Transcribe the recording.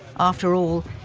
after all,